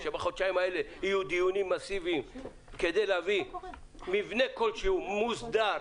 ובחודשים האלה יהיו דיונים מסיביים כדי להביא מבנה קוד שהוא מוסדר.